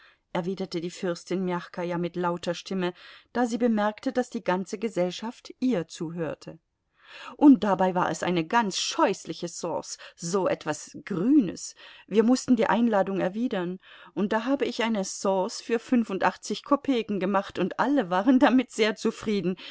erwiderte die fürstin mjachkaja mit lauter stimme da sie bemerkte daß die ganze gesellschaft ihr zuhörte und dabei war es eine ganz scheußliche sauce so etwas grünes wir mußten die einladung erwidern und da habe ich eine sauce für fünfundachtzig kopeken gemacht und alle waren damit sehr zufrieden